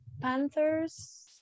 Panthers